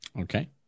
Okay